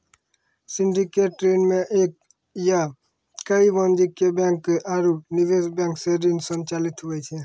syndicated ऋण मे एक या कई वाणिज्यिक बैंक आरू निवेश बैंक सं ऋण संचालित हुवै छै